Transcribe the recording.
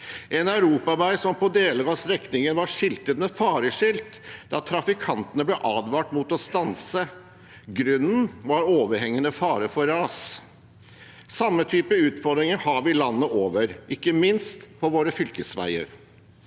en europavei som på deler av strekningen var skiltet med fareskilt der trafikantene ble advart mot å stanse grunnet overhengende fare for ras. Samme type utfordringer har vi landet over, ikke minst på våre fylkesveier.